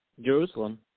Jerusalem